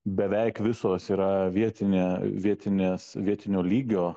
beveik visos yra vietinė vietinės vietinio lygio